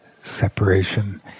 separation